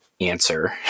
answer